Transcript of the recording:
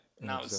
Now